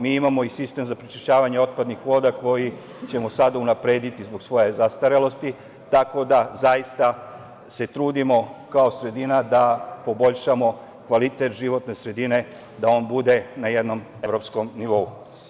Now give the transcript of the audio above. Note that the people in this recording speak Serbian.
Mi imamo i sistem za prečišćavanje otpadnih voda koji ćemo sada unaprediti zbog svoje zastarelosti, tako da se zaista trudimo kao sredina da poboljšamo kvalitet životne sredine da on bude na jednom evropskom nivou.